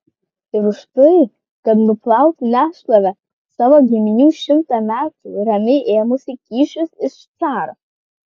ir už tai kad nuplautų nešlovę savo giminių šimtą metų ramiai ėmusių kyšius iš caro